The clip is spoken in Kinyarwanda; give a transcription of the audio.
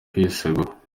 kwisegura